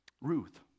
Ruth